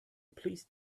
please